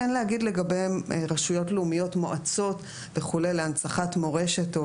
כן להגיד לגבי רשויות לאומיות מועצות וכו' להנצחת מורשת,